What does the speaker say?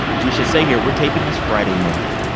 we should say here, we're taping this friday morning.